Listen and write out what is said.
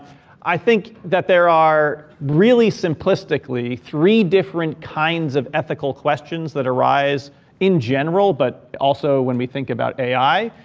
i think that there are really simplistically, three different kinds of ethical questions that arise in general, but also when we think about ai.